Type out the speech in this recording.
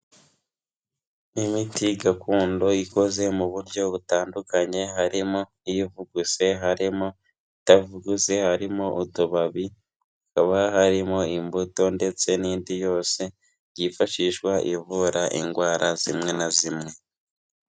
Imiti gakondo ikoze mu buryo butandukanye harimo ivuguse, harimo itavuguse, harimo utubabi, hakaba harimo imbuto ndetse n'indi yose yifashishwa ivura indwara zimwe na zimwe.